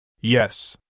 Yes